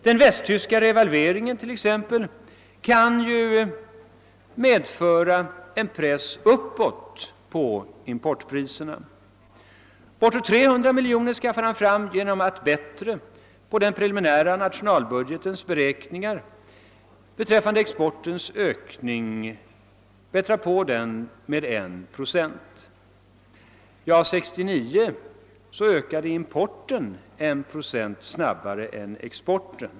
Den västtyska revalveringen kan t.ex. medföra en press uppåt på importpriserna. Sedan bättrar herr Sträng på den preliminära nationalbudgetens beräkningar rörande exportökningen med 1 procent och skaffar därigenom fram bortåt 300 miljoner. Men under 1969 ökade importen 1 procent snabbare än exporten.